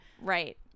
Right